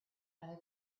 other